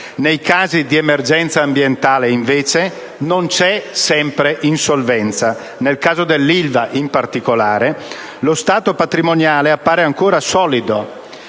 Nei casi di emergenza ambientale, invece, non sempre c'è insolvenza. Nel caso dell'Ilva, in particolare, lo stato patrimoniale appare ancora solido